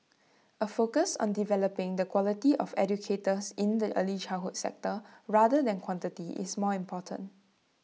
A focus on developing the quality of educators in the early childhood sector rather than quantity is more important